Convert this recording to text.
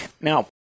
Now